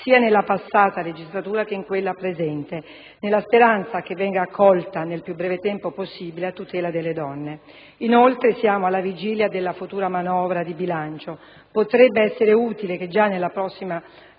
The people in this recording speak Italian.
sia nella passata legislatura che in quella presente, nella speranza che venga accolta nel più breve tempo possibile, a tutela delle donne. Dal momento che siamo alla vigilia della futura manovra di bilancio, potrebbe essere utile che già nella prossima